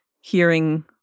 hearing